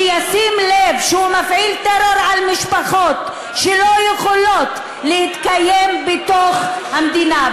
שישים לב שהוא מפעיל טרור על משפחות שלא יכולות להתקיים בתוך המדינה.